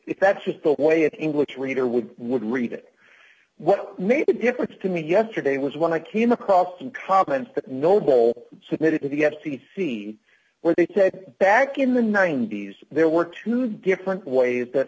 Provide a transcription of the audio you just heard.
if that's just the way in which reader would would read it what made a difference to me yesterday was when i came across some comments that noble submitted to the f c c where they said back in the ninety's there were two different ways that